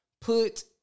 put